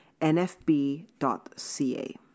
nfb.ca